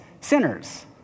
sinners